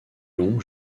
long